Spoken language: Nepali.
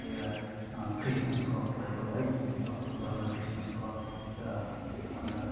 एउटा ख्रिसमस कप भयो है फुटबलमा ख्रिसमस कप अन्त